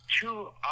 two